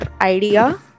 idea